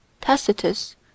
Tacitus